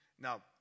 Now